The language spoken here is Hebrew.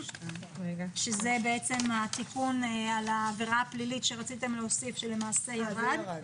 שזה בעצם התיקון על העבירה הפלילית שרציתם להוסיף שלמעשה ירד.